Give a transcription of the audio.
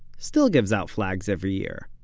still gives out flags every year.